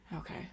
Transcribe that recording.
Okay